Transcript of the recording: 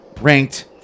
ranked